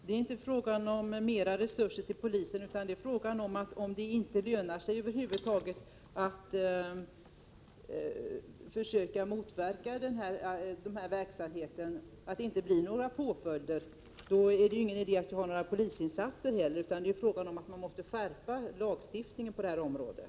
Herr talman! Det är inte fråga om mera resurser till polisen. Frågan är i stället om det över huvud taget lönar sig att försöka motverka denna verksamhet. När det inte blir några påföljder, är det inte heller någon idé att polisen gör några insatser. Det handlar om att man måste skärpa lagstiftningen på det här området.